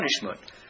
punishment